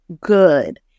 good